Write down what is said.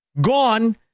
Gone